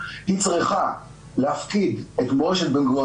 היא צריכה להפקיד את מורשת בן-גוריון